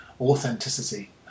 Authenticity